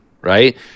Right